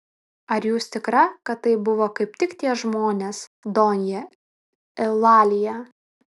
ar jūs tikra kad tai buvo kaip tik tie žmonės donja eulalija